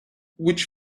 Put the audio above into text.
which